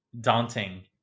daunting